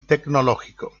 tecnológico